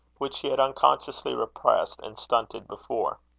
which she had unconsciously repressed and stunted before.